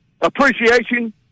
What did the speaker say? appreciation